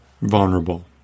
Vulnerable